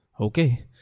okay